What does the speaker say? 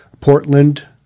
Portland